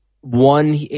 one